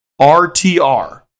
RTR